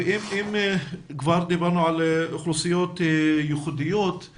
אם כבר דיברנו על אוכלוסיות ייחודיות,